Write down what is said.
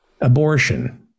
abortion